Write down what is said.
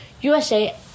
USA